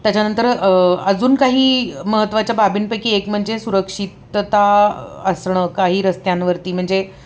त्याच्यानंतर अजून काही महत्त्वाच्या बाबींपैकी एक म्हणजे सुरक्षितता असणं काही रस्त्यांवरती म्हणजे